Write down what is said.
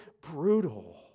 brutal